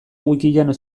wikian